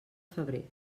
febrer